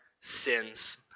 sins